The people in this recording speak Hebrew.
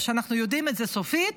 כשאנחנו יודעים את זה סופית,